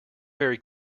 very